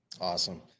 awesome